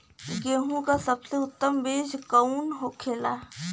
गेहूँ की सबसे उत्तम बीज कौन होखेला?